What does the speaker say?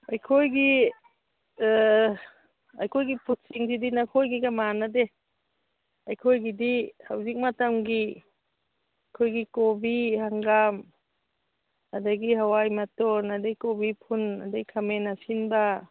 ꯑꯩꯈꯣꯏꯒꯤ ꯑꯩꯈꯣꯏꯒꯤ ꯐꯨꯗꯁꯤꯡꯁꯤꯗꯤ ꯅꯈꯣꯏꯒꯤꯒ ꯃꯥꯟꯅꯗꯦ ꯑꯩꯈꯣꯏꯒꯤꯗꯤ ꯍꯧꯖꯤꯛ ꯃꯇꯝꯒꯤ ꯑꯩꯈꯣꯏꯒꯤ ꯀꯣꯕꯤ ꯍꯪꯒꯥꯝ ꯑꯗꯒꯤ ꯍꯋꯥꯏ ꯃꯇꯣꯟ ꯑꯗꯒꯤ ꯀꯣꯕꯤ ꯐꯨꯜ ꯑꯗꯒꯤ ꯈꯥꯃꯦꯟ ꯑꯁꯤꯟꯕ